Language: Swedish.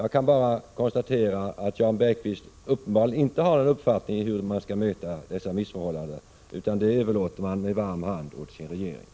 Jag kan bara konstatera att Jan Bergqvist uppenbarligen inte har någon uppfattning om hur man skall göra detta utan med varm hand överlåter lösningen av den frågan till regeringen.